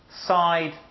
side